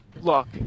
look